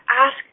ask